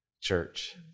church